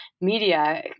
media